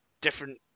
different